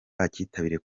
bakitabiriye